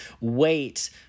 wait